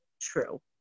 true